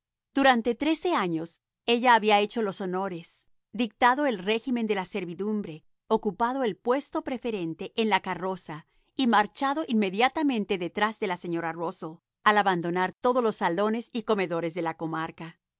durante trece años ella había hecho los honores dictado el régimen de la servidumbre ocupado el puesto preferente en la carroza y marchado inmediatamente detrás de la señora de rusell al abandonar todos los salones y comedores de la comarca